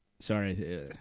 Sorry